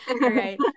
right